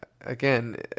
again